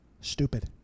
stupid